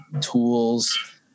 tools